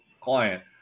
client